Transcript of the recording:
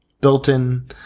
built-in